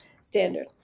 standard